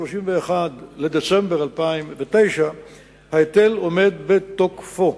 ל-31 בדצמבר 2009 ההיטל עומד בתוקפו.